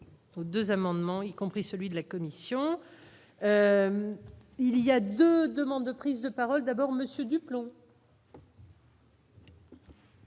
de 2 amendements, y compris celui de la Commission. Il y a 2 demandes de prise de parole d'abord Monsieur